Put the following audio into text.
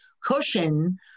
cushion